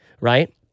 right